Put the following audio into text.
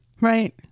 Right